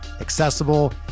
accessible